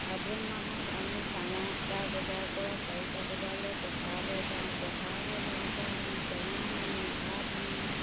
আঘোণ মাহত আমি চাৰে আঠটা বজাৰ পৰা চাৰিটা বজালৈ পথাৰলৈ যাওঁ পথাৰলৈ যাওঁতে আমি টেঙা নিওঁ ভাত নিওঁ